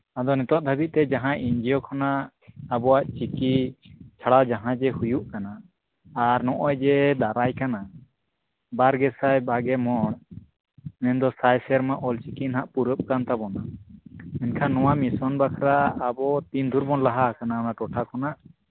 ᱟᱫᱚ ᱱᱤᱛᱳᱜ ᱫᱷᱟᱹᱵᱤᱡᱽ ᱛᱮ ᱡᱟᱦᱟᱸᱭ ᱮᱱᱡᱤᱭᱳ ᱠᱷᱚᱱᱟᱜ ᱟᱵᱚᱣᱟᱜ ᱪᱤᱠᱤ ᱪᱷᱟᱲᱟ ᱡᱟᱦᱟᱸᱜᱮ ᱦᱩᱭᱩᱜ ᱠᱟᱱᱟ ᱟᱨ ᱱᱚᱜᱼᱚᱭ ᱡᱮ ᱫᱟᱨᱟᱭ ᱠᱟᱱᱟ ᱵᱟᱨ ᱜᱮ ᱥᱟᱭ ᱵᱟᱜᱮ ᱢᱚᱬ ᱢᱮᱱᱫᱚ ᱥᱟᱭ ᱥᱮᱨᱢᱟ ᱚᱞᱪᱤᱠᱤ ᱦᱟᱸᱜ ᱯᱩᱨᱟᱹᱜ ᱠᱟᱱ ᱛᱟᱵᱚᱱᱟ ᱮᱱᱠᱷᱟᱱ ᱱᱚᱣᱟ ᱢᱤᱥᱚᱱ ᱵᱟᱠᱷᱨᱟ ᱟᱵᱚ ᱛᱤᱱ ᱵᱷᱳᱨ ᱵᱚᱱ ᱞᱟᱦᱟ ᱦᱟᱠᱟᱱᱟ ᱱᱚᱣᱟ ᱴᱚᱴᱷᱟ ᱠᱷᱚᱱᱟᱜ